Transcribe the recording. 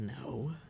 No